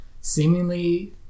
seemingly